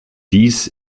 dies